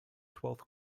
twelfth